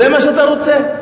זה מה שאתה רוצה?